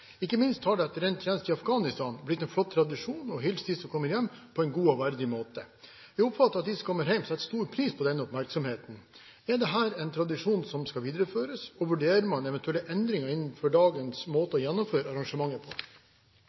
etter endt tjeneste i Afghanistan blitt en flott tradisjon å hilse de som kommer hjem, på en god og verdig måte. Jeg oppfatter at de som kommer hjem, setter stor pris på denne oppmerksomheten. Er dette en tradisjon som skal videreføres, og vurderer man eventuelle endringer innenfor dagens måte å gjennomføre arrangementet på?»